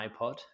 ipod